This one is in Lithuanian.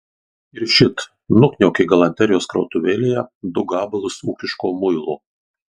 ir šit nukniaukė galanterijos krautuvėlėje du gabalus ūkiško muilo